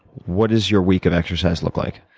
what does your week of exercise look like?